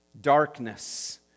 Darkness